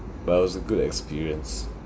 but it was a good experience